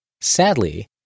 Sadly